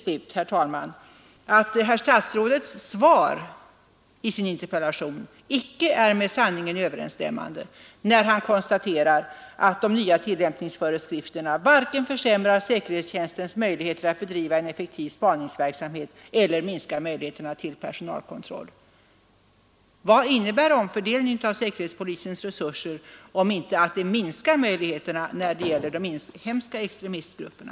Slutligen tycker jag att herr statsrådets svar inte är med sanningen överensstämmande, när han konstaterar att de nya tillämp Ningsföreskrifterna varken försämrar säkerhetstjänstens möjligheter att bedriva en effektiv spaningsverksamhet eller minskar möjligheterna till Personalkontroll. Vad innebär omfördelningen av säkerhetspolisens resur Ser om inte att vi minskar möjligheterna när det gäller de inhemska extremistgrupperna?